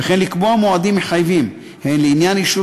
וכן לקבוע מועדים מחייבים הן לעניין אישור